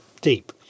deep